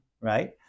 right